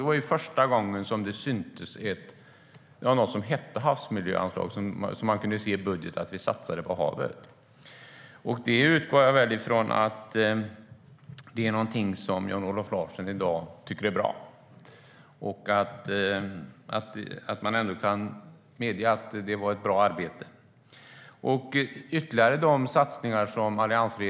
Det var första gången som det fanns något som hette havsmiljöanslag och där man kunde se i budgeten att vi satsade på havet. Jag utgår från att detta är något som Jan-Olof Larsson i dag tycker är bra och att han kan medge att det var ett bra arbete. Alliansregeringen gjorde ytterligare satsningar.